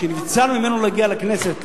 ונבצר ממנו להגיע לכנסת,